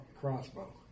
crossbow